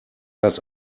das